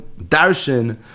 darshan